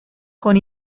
con